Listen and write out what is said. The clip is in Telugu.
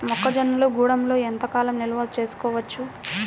మొక్క జొన్నలు గూడంలో ఎంత కాలం నిల్వ చేసుకోవచ్చు?